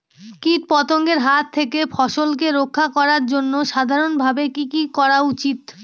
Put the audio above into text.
কীটপতঙ্গের হাত থেকে ফসলকে রক্ষা করার জন্য সাধারণভাবে কি কি করা উচিৎ?